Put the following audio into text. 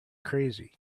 crazy